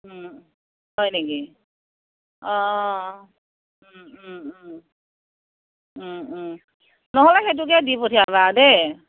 হয় নেকি অঁ নহ'লে সেইটোকে দি পঠিয়াবা দেই